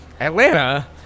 Atlanta